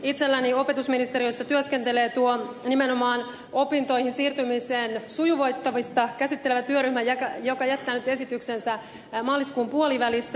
itselläni opetusministeriössä työskentelee tuo nimenomaan opintoihin siirtymisen sujuvoittamista käsittelevä työryhmä joka jättää nyt esityksensä maaliskuun puolivälissä